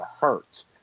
hurt